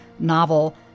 novel